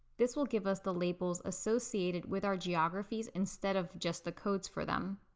this will give us the labels associated with our geographies instead of just the codes for them.